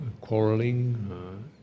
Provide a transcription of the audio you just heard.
quarrelling